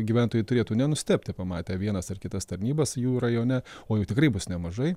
gyventojai turėtų nenustebti pamatę vienas ar kitas tarnybas jų rajone o jų tikrai bus nemažai